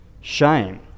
shame